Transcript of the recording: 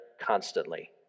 constantly